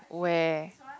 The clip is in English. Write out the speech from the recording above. where